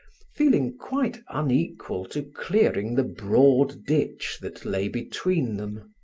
feeling quite unequal to clearing the broad ditch that lay between them.